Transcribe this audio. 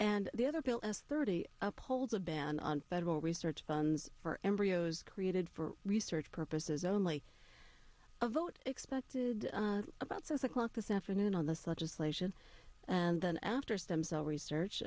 and the other bill as thirty upholds a ban on federal research funds for embryos created for research purposes only a vote expected about this o'clock this afternoon on this legislation and then after stem cell research